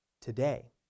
today